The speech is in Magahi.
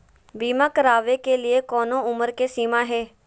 बीमा करावे के लिए कोनो उमर के सीमा है?